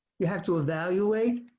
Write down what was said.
you have to evaluate